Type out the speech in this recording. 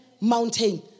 mountain